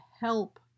help